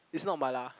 it's not mala